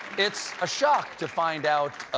it's a shock to find out,